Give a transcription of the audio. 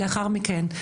לאחר מכן,